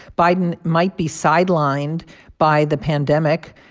biden might be sidelined by the pandemic.